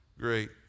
great